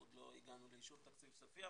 עוד לא הגענו לאישור תקציב סופי,